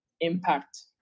impact